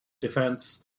defense